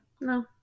No